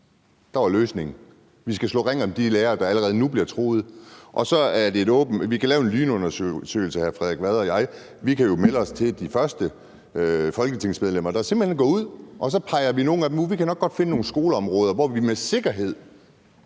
Der var løsningen. Vi skal slå ring om de lærere, der allerede nu bliver truet. Hr. Frederik Vad og jeg kan lave en lynundersøgelse. Vi kan jo melde os som de første folketingsmedlemmer, der simpelt hen går ud og peger nogle af dem ud. Vi kan nok godt finde nogle skoleområder, hvor det med sikkerhed